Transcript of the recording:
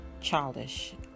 childish